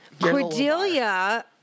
Cordelia